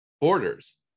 Borders